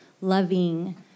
loving